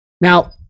Now